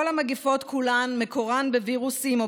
כל המגפות כולן מקורן בווירוסים או